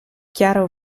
chiaro